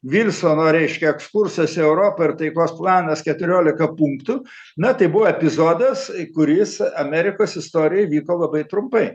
vilsono reiškia ekskursas į europą ir taikos planas keturiolika punktų na tai buvo epizodas kuris amerikos istorijoj vyko labai trumpai